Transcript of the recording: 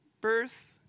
birth